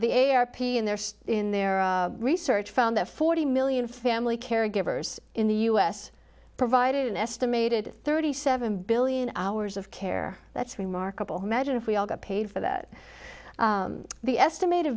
the a a r p in their state in their research found that forty million family caregivers in the u s provided an estimated thirty seven billion hours of care that's remarkable magine if we all got paid for that the estimated